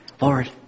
Lord